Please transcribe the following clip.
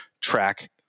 track